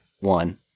one